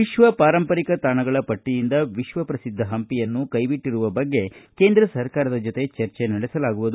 ವಿಶ್ವ ಪಾರಂಪರಿಕ ತಾಣಗಳ ಪಟ್ಟಯಿಂದ ವಿಶ್ವ ಶ್ರಿಸಿದ್ದ ಹಂಪಿಯನ್ನು ಕೈಬಿಟ್ಟರುವ ಬಗ್ಗೆ ಕೇಂದ್ರ ಸರ್ಕಾರದ ಜೊತೆ ಚರ್ಚೆ ನಡೆಸಲಾಗುವುದು